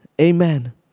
Amen